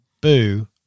boo